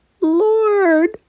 Lord